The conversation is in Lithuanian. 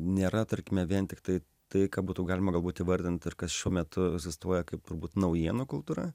nėra tarkime vien tiktai tai ką būtų galima galbūt įvardint ir kas šiuo metu egzistuoja kaip turbūt naujienų kultūra